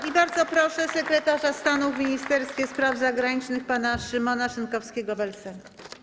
I bardzo proszę sekretarza stanu w Ministerstwie Spraw Zagranicznych pana Szymona Szynkowskiego vel Sęka.